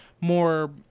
more